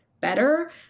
better